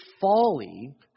folly